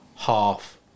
half